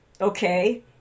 Okay